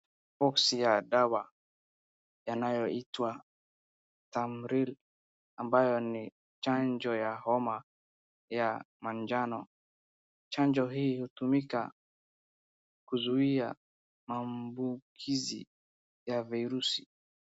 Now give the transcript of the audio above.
Boxi ya dawa inayoita stamaril ambayo ni chanjo ya homa ya manjano. Chanjo hii hutumika kuzuia maambukizi ya virusi.